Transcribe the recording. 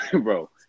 Bro